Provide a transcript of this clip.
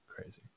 crazy